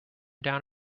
down